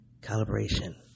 calibration